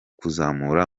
kuzamura